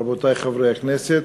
רבותי חברי הכנסת,